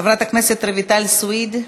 חברת הכנסת רויטל סויד,